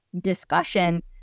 discussion